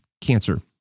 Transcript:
cancer